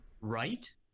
right